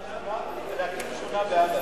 להקים שכונה באדם.